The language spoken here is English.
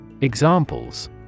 Examples